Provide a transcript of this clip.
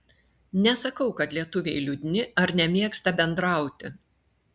nesakau kad lietuviai liūdni ar nemėgsta bendrauti